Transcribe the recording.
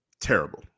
Terrible